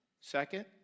Second